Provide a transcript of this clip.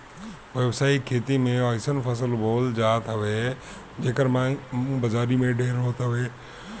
व्यावसायिक खेती में अइसन फसल बोअल जात हवे जेकर मांग बाजारी में ढेर होत हवे